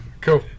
Cool